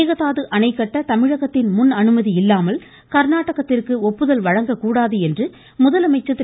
மேகதாது அணை கட்ட தமிழகத்தின் முன் அனுமதி இல்லாமல் கா்நாடகத்திற்கு ஒப்புதல் வழங்கக்கூடாது என்று முதலமைச்சர் திரு